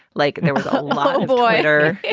like there was a void or